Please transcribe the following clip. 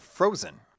frozen